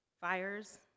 fires